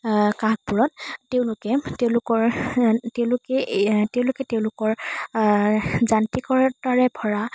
কাষবোৰত তেওঁলোকে তেওঁলোকৰ তেওঁলোকে তেওঁলোকে তেওঁলোকৰ যান্ত্ৰিকতাৰে ভৰা